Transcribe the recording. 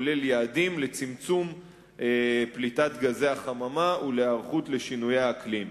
כולל יעדים לצמצום פליטת גזי החממה ולהיערכות לשינויי האקלים.